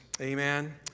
Amen